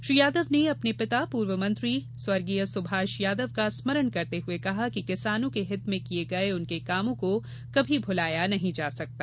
श्री यादव ने अपने पिता पूर्व मंत्री स्व सुभाष यादव का स्मरण करते हुए कहा कि किसानों के हित में किये गये उनके कामों को कभी भुलाया नहीं जा सकता